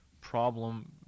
problem